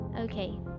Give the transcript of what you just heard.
Okay